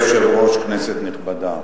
אדוני היושב-ראש, כנסת נכבדה,